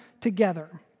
together